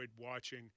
watching